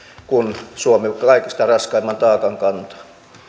kun suomi kaikista raskaimman taakan kantaa